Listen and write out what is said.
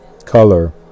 color